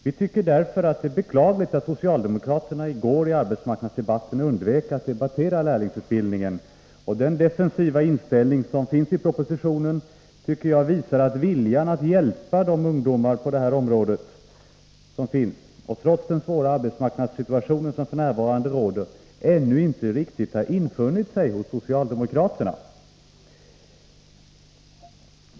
Vi tycker därför att det är beklagligt att socialdemokraterna i går i arbetsmarknadsdebatten undvek att debattera lärlingsutbildningen, och den defensiva inställning som finns i propositionen tycker jag visar att viljan att hjälpa ungdomar på detta område, trots den svåra arbetsmarknadssituation som f. n. råder, ännu inte riktigt har infunnit sig hos socialdemokraterna.